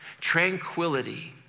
tranquility